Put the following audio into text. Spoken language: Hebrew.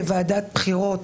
כוועדת הבחירות,